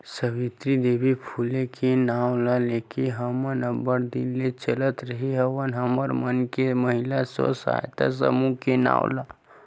सावित्री देवी फूले के नांव ल लेके हमन अब्बड़ दिन ले चलात रेहे हवन हमर मन के महिना स्व सहायता समूह के नांव ला